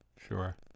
sure